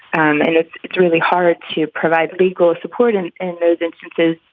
um and it's it's really hard to provide legal support. and in those instances,